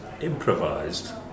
improvised